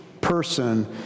person